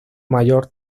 mayor